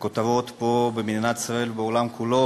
בכותרות פה במדינת ישראל ובעולם כולו